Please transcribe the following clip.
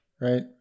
right